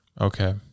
Okay